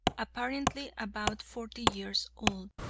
apparently about forty years old.